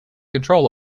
control